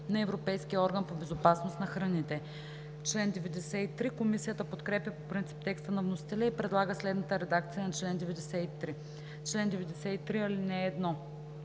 на Европейския орган по безопасност на храните“. Комисията подкрепя по принцип текста на вносителя и предлага следната редакция на чл. 93: „Чл. 93. (1)